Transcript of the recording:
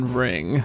ring